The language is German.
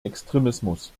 extremismus